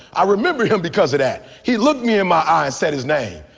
i remember him because of that he looked me in my eyes said his name.